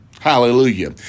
Hallelujah